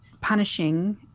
punishing